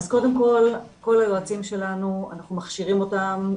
כל היועצים שלנו, אנחנו מכשירים אותם.